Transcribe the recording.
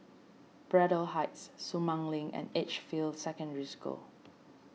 Braddell Heights Sumang Link and Edgefield Secondary School